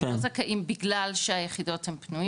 הם לא זכאים בגלל שהיחידות הן פנויות.